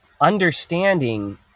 understanding